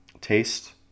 taste